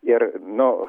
ir no